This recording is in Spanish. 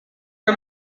que